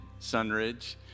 Sunridge